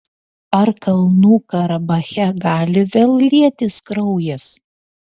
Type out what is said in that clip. ar kalnų karabache gali vėl lietis kraujas